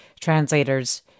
translators